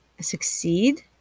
succeed